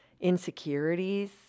insecurities